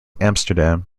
amsterdam